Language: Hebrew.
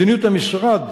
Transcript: מדיניות המשרד